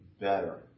better